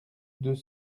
deux